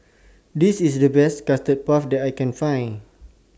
This IS The Best Custard Puff that I Can Find